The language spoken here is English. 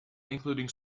including